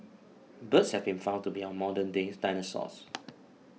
birds have been found to be our modern day dinosaurs